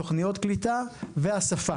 תוכניות קליטה והשפה.